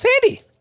Sandy